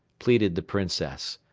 pleaded the princess.